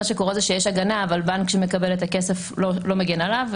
מה שקורה הוא שיש הגנה אבל הבנק שמקבל את הכסף לא מגן עליו,